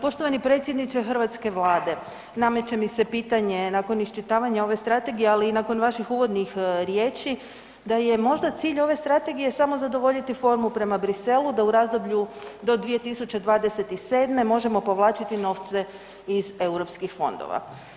Poštovani predsjedniče hrvatske Vlade, nameće mi se pitanje nakon iščitavanja ove strategije ali i nakon vaših uvodnih riječi da je možda cilj ove strategije samo zadovoljiti formu prema Bruxellesu da u razdoblju do 2027. možemo povlačiti novce iz europskih fondova.